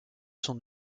son